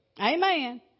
Amen